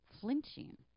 flinching